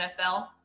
NFL